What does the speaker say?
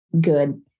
good